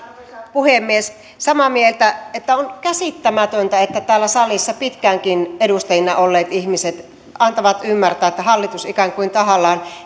puhemies samaa mieltä että on käsittämätöntä että täällä salissa pitkäänkin edustajina olleet ihmiset antavat ymmärtää että hallitus ikään kuin tahallaan